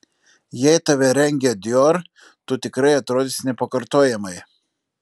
jei tave rengia dior tu tikrai atrodysi nepakartojamai